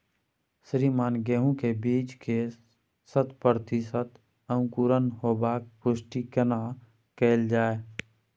श्रीमान गेहूं के बीज के शत प्रतिसत अंकुरण होबाक पुष्टि केना कैल जाय?